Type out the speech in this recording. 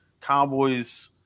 Cowboys